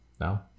No